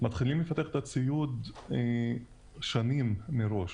ואנחנו מתחילים לפתח את הציוד שנים מראש.